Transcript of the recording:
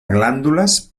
glàndules